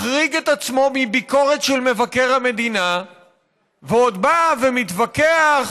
מחריג את עצמו מביקורת של מבקר המדינה ועוד בא ומתווכח